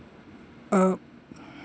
uh